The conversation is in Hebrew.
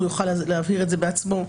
הוא יוכל להבהיר את זה בעצמו,